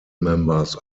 members